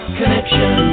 connection